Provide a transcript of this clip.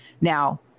Now